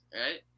right